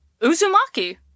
Uzumaki